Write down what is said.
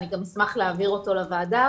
אני גם אשמח להעביר אותו לוועדה,